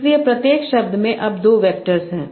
इसलिए प्रत्येक शब्द में अब 2 वैक्टर हैं